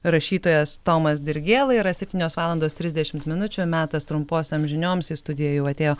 rašytojas tomas dirgėla yra septynios valandos trisdešimt minučių metas trumposioms žinioms į studiją jau atėjo